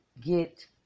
get